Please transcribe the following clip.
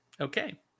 okay